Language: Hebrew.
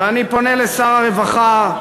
ואני פונה לשר הרווחה,